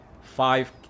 five